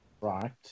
Right